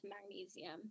magnesium